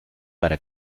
para